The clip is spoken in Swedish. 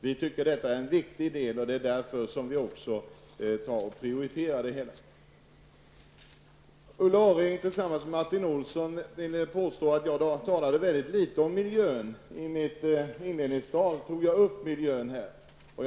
Vi tycker att detta är en viktig del i konsumentverksamheten, och det är därför som vi också prioriterar den. Ulla Orring och Martin Olsson ville påstå att jag talade mycket litet om miljön. I mitt inledningsanförande tog jag upp frågan om miljön.